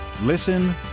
Listen